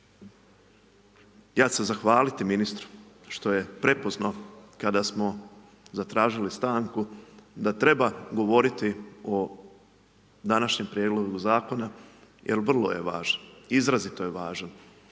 Ja ću se zahvaliti ministru što je prepoznao kada smo zatražili stanku da treba govoriti o današnjem prijedlogu zakona jer vrlo je važno, izrazito je važno